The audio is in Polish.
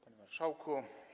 Panie Marszałku!